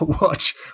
watch